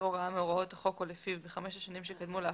הוראה מהוראות החוק או לפיו בחמש השנים שקדמו להפרה,